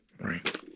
right